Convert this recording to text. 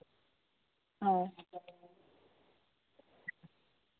ᱦᱳᱭ